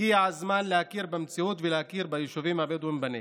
הגיע הזמן להכיר במציאות ולהכיר ביישובים הבדואיים בנגב,